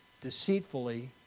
deceitfully